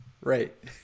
Right